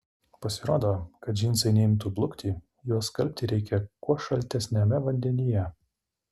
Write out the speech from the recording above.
pasirodo kad džinsai neimtų blukti juos skalbti reikia kuo šaltesniame vandenyje